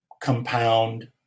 compound